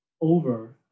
over